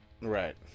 right